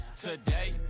today